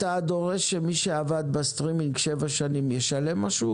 אתה דורש שמי שעבד בסטרימינג במשך שבע שנים ישלם משהו